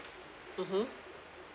mmhmm